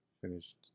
Finished